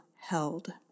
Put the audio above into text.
held